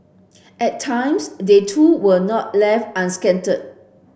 at times they too were not left unscathed